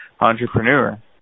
entrepreneur